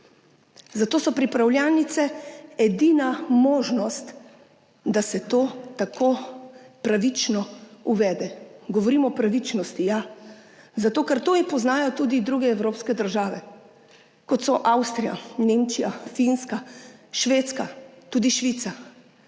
zato so pripravljalnice edina možnost, da se to tako pravično uvede. Govorim o pravičnosti, ja, zato ker to jih poznajo tudi druge evropske države, kot so Avstrija, Nemčija, Finska, Švedska, tudi Švica.